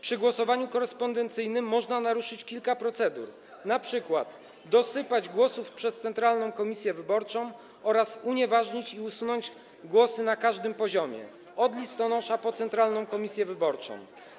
Przy głosowaniu korespondencyjnym można naruszyć kilka procedur, np. dosypać głosów przez centralną komisję wyborczą oraz unieważnić i usunąć głosy na każdym poziomie: od listonosza po centralną komisję wyborczą.